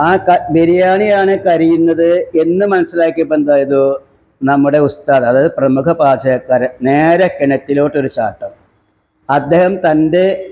ആ ബിരിയാണിയാണ് കരിയുന്നത് എന്ന് മനസ്സിലാക്കിയപ്പം എന്ത് ചെയ്തു നമ്മുടെ ഉസ്താദ് അതായത് പ്രമുഖ പാചകക്കാരൻ നേരെ കിണറ്റിലോട്ടൊരു ചാട്ടം അദ്ദേഹം തൻ്റെ